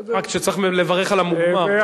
בהחלט, רק שצריך לברך על המוגמר.